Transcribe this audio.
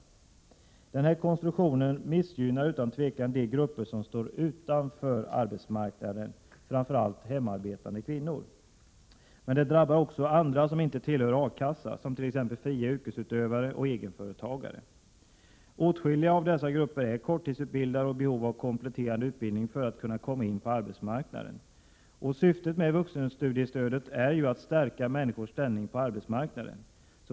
Den här konstruktionen missgynnar utan tvivel de grupper som står utanför arbetsmarknaden, framför allt hemarbetande kvinnor, men drabbar också andra som inte tillhör A-kassa, t.ex. fria yrkesutövare och egenföretagare. Åtskilliga av dessa är korttidsutbildade och i behov av kompletterande utbildning för att kunna komma in på arbetsmarknaden. Syftet med vuxenstudiestödet är ju att stärka människors ställning på arbetsmarknaden.